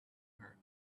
her